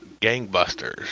gangbusters